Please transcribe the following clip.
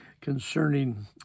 concerning